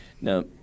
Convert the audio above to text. Now